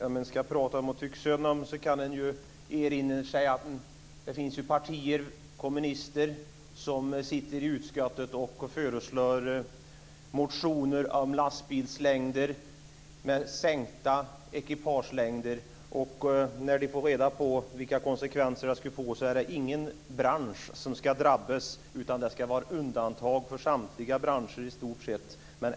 Om man ska prata om att tycka synd om människor kan man erinra sig att det finns partier - kommunister - som sitter i utskottet och för fram motioner om lastbilslängder och kortare ekipage. När de får reda på vilka konsekvenser förslagen skulle få säger de att ingen bransch ska drabbas, utan det ska medges undantag för i stort sett samtliga branscher.